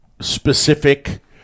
specific